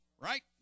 right